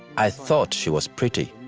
i thought she was pretty.